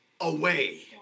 away